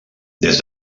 des